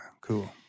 cool